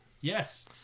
Yes